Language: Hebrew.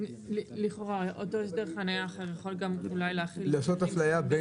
לכאורה אותו הסדר חניה אחר יכול להכיל --- לעשות אפליה.